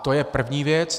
To je první věc.